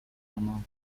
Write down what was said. شماست